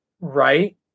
right